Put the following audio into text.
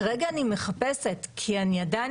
כרגע אני מחפשת, כי אני עדיין